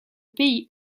pays